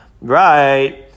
Right